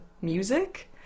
music